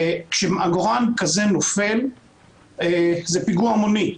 וכשעגורן כזה נופל זה פיגוע המוני.